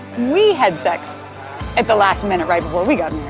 we had sex at the last minute right before we got.